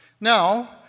Now